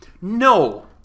No